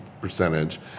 percentage